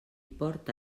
porta